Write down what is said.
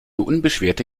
unbeschwerte